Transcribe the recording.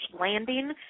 landing